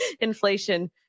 inflation